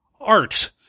art